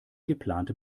geplante